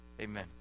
amen